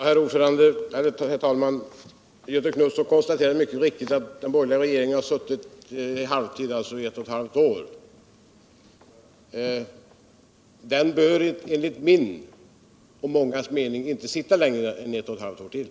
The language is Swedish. Herr talman! Göthe Knutson konstaterade mycket riktigt att den borgerliga regeringen bara har suttit halva tiden, alltså ett och ett halvt år. Den bör enligt min och mångas mening inte sitta längre än ett och eu halvt år vill.